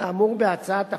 כאמור בהצעת החוק,